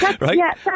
right